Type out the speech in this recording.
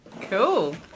Cool